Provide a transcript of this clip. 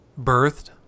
Birthed